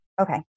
Okay